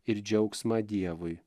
ir džiaugsmą dievui